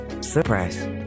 Suppress